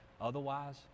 Otherwise